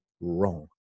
wrong